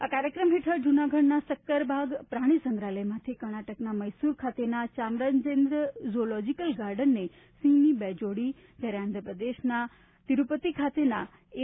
આ કાર્યક્રમ હેઠળ જૂનાગઢનાં સક્કરબાગ પ્રાણી સંગ્રહાલયમાંથી કર્ણાટકના મૈસૂર ખાતેના ચામરાજેન્દ્ર ઝૂઓલોજિકલ ગાર્ડનને સિંહની બે જોડી જ્યારે આંધ્ર પ્રદેશના તિરૂપતિ ખાતેના એસ